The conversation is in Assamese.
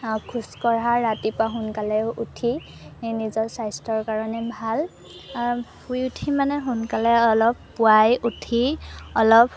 খোজকঢ়া ৰাতিপুৱা সোনকালে উঠি নিজৰ স্বাস্থ্যৰ কাৰণে ভাল শুই উঠি মানে সোনকালে অলপ পুৱাই উঠি অলপ